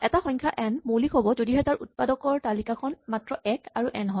এটা সংখ্যা এন মৌলিক হ'ব যদিহে তাৰ উৎপাদকৰ তালিকাখন মাত্ৰ ১ আৰু এন হয়